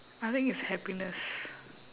I think it's happiness